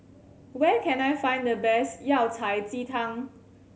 where can I find the best Yao Cai ji tang